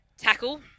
Tackle